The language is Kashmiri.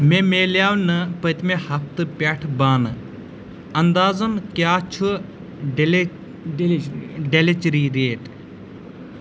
مےٚ ملٮ۪و نہٕ پٔتمہِ ہفتہٕ پٮ۪ٹھ بانہٕ انٛدازَن کیٛاہ چھُ ڈیلہِ ڈیلیچری ریٹ